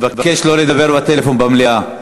אני מבקש לא לדבר בטלפון במליאה.